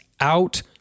out